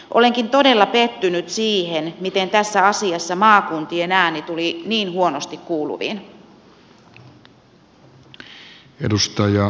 olenkin todella pettynyt siihen miten tässä asiassa maakuntien ääni tuli niin huonosti kuuluviin